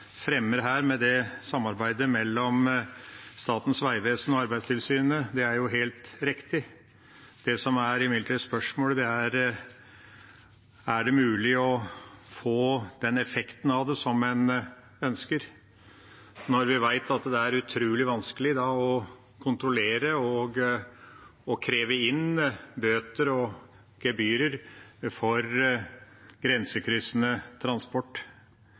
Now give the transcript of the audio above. fremmer med samarbeidet mellom Statens vegvesen og Arbeidstilsynet, er helt riktig. Det som imidlertid er spørsmålet, er om det er mulig å få den effekten en ønsker av det, når vi vet at det er utrolig vanskelig å kontrollere og kreve inn bøter og gebyrer for grensekryssende transport.